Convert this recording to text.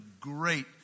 great